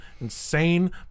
insane